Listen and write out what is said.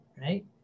right